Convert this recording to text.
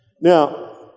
Now